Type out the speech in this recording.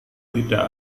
tidak